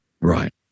Right